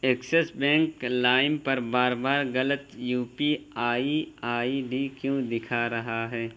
Axis bank لائم پر بار بار غلط U P I I D کیوں دکھا رہا ہے